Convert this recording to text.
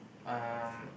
um